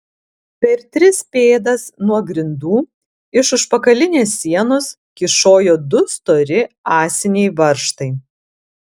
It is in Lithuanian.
per tris pėdas nuo grindų iš užpakalinės sienos kyšojo du stori ąsiniai varžtai